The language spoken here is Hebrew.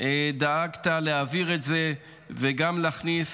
דאגת להעביר את זה וגם להכניס